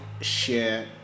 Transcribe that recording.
share